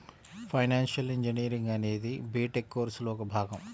financial engineering అనేది B Tech కోర్సులో ఒక భాగం